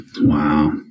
Wow